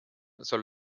soll